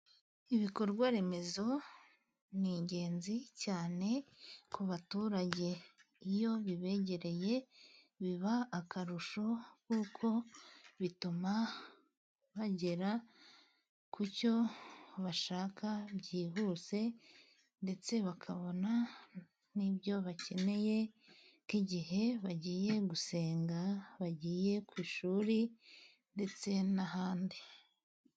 Ibikorwa remezo n'ingenzi cyane ku baturage, iyo bibegereye biba akarusho kuko bituma bagera ku cyo bashaka byihuse, ndetse bakabona n'ibyo bakeneye ku gihe bagiye gusenga cyangwa bagiye ku ishuri, ndetse n'ahandi.